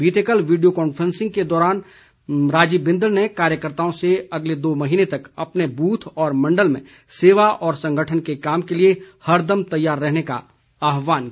बीते कल video conferencing के माध्यम से राजीव बिंदल ने कार्यकर्ताओं से अगले दो महीने तक अपने बूथ और मंडल में सेवा व संगठन के काम के लिए हरदम तैयार रहने का आह्वान किया